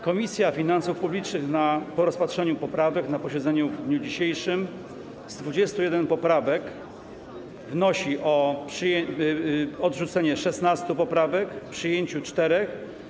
Komisja Finansów Publicznych po rozpatrzeniu poprawek na posiedzeniu w dniu dzisiejszym z 21 poprawek wnosi o odrzucenie 16 poprawek, przyjęcie 4.